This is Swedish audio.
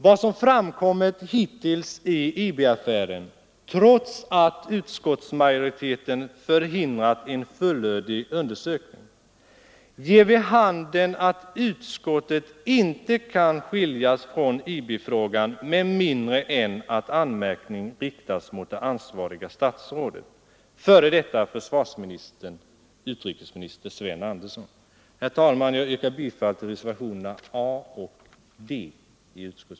Vad som framkommit hittills i IB-affären — trots att utskottsmajoriteten förhindrat en fullödig undersökning — ger vid handen att utskottet inte kan skiljas från IB-frågan med mindre än att anmärkning riktas mot det ansvariga statsrådet, f. d. försvarsministern utrikesminister Sven Andersson. Herr talman! Jag yrkar bifall till reservationerna A och D.